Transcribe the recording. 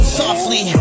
softly